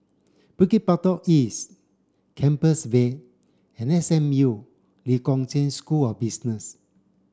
Bukit Batok East Compassvale and S M U Lee Kong Chian School of Business